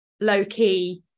low-key